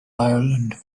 ireland